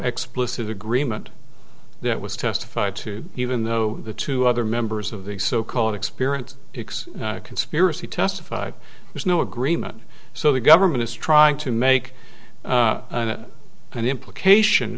explicit agreement that was testified to even though the two other members of the so called experience x conspiracy testified there's no agreement so the government is trying to make an implication